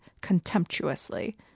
contemptuously